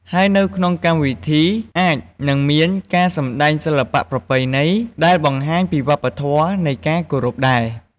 ហើយនៅក្នុងកម្មវិធីអាចនឹងមានការសម្តែងសិល្បៈប្រពៃណី ដែលបង្ហាញពីវប្បធម៌នៃការគោរពដែរ។